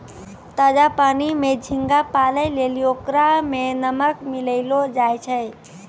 ताजा पानी में झींगा पालै लेली ओकरा में नमक मिलैलोॅ जाय छै